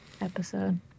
episode